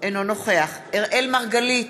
אינו נוכח אראל מרגלית,